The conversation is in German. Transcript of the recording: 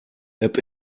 app